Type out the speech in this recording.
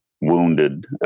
wounded